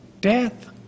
Death